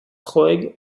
roeg